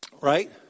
right